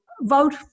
vote